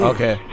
Okay